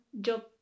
job